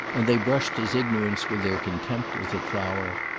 and they brushed his ignorance with their contempt as a flower,